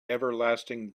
everlasting